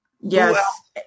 Yes